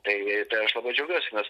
tai tai aš labai džiaugiuosi nes